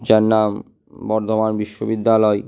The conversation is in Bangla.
যার নাম বর্ধমান বিশ্ববিদ্যালয়